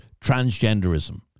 transgenderism